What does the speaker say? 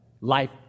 life